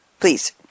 Please